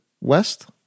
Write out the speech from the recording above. west